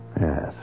Yes